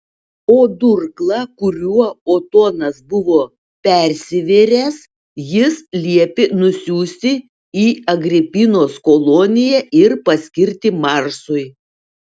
o durklą kuriuo otonas buvo persivėręs jis liepė nusiųsti į agripinos koloniją ir paskirti marsui